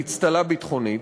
באצטלה ביטחונית,